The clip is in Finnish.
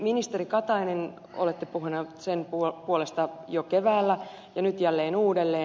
ministeri katainen olette puhunut sen puolesta jo keväällä ja nyt jälleen uudelleen